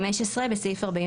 (15) בסעיף 42